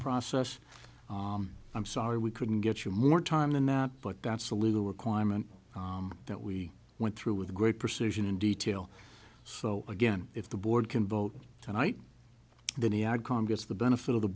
process i'm sorry we couldn't get you more time than that but that's a legal requirement that we went through with great precision in detail so again if the board can vote tonight then he added congress to the benefit of the